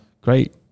great